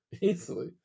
easily